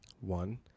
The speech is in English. one